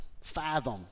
fathom